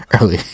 early